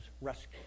rescue